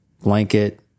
blanket